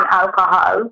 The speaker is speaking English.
alcohol